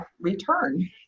return